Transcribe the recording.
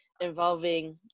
involving